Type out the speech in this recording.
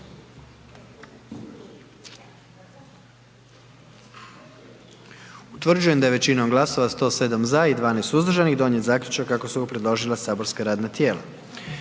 Utvrđujem da je većinom glasova 97 za, 19 suzdržanih donijet zaključak kako je predložilo matično saborsko radno tijelo.